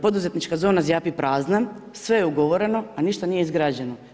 Poduzetnička zona zjapi prazna sve je ugovoreno a ništa nije izgrađeno.